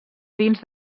dins